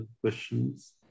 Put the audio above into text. questions